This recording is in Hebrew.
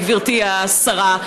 גברתי השרה.